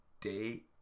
day